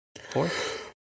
Fourth